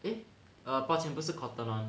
eh 抱歉不是 Cotton On